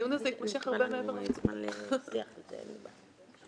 אני רוצה לגבי הנושא של נשים חרדיות,